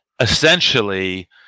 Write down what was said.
essentially